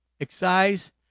excise